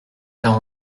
car